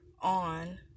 on